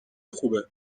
خوبه